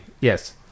yes